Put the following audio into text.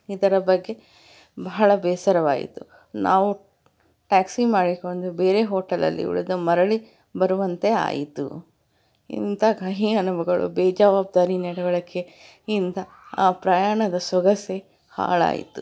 ಇದರ ಬಗ್ಗೆ ಬಹಳ ಬೇಸರವಾಯಿತು ನಾವು ಟ್ಯಾಕ್ಸಿ ಮಾಡಿಕೊಂಡು ಬೇರೆ ಹೋಟೆಲಲ್ಲಿ ಉಳಿದು ಮರಳಿ ಬರುವಂತೆ ಆಯಿತು ಇಂತ ಕಹಿ ಅನುಭವಗಳು ಬೇಜವಾಬ್ದಾರಿ ನಡವಳಿಕೆ ಯಿಂದ ಆ ಪ್ರಯಾಣದ ಸೊಗಸೇ ಹಾಳಾಯಿತು